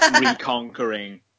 reconquering